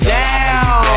down